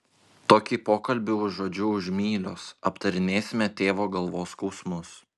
tokį pokalbį užuodžiu už mylios aptarinėsime tėvo galvos skausmus